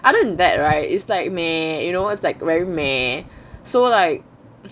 other than that right is like meh you know it's like very meh so like